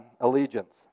allegiance